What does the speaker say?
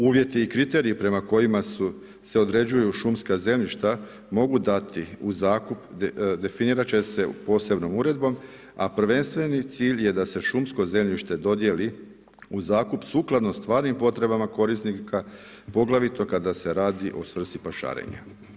Uvjeti i kriteriji prema kojima se određuju šumska zemljišta mogu dati u zakup, definirat će se posebnom uredbom, a prvenstveni cilj je da se šumsko zemljište dodjeli u zakup sukladno stvarnim potrebama korisnika, poglavito kada se radi o svrsi pašarenja.